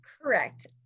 Correct